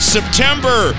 September